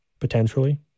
potentially